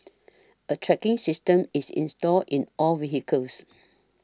a tracking system is installed in all vehicles